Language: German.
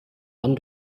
mann